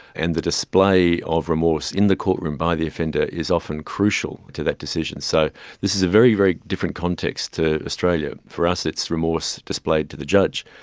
and the display of remorse in the courtroom by the offender is often crucial to that decision. so this is a very, very different context to australia. for us it's remorse displayed to the judge,